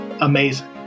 amazing